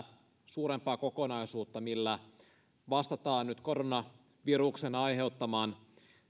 suurempaa kokonaisuutta millä nyt vastataan koronaviruksen aiheuttaman